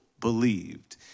believed